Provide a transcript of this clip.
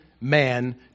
man